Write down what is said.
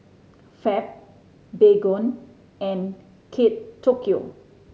Fab Baygon and Kate Tokyo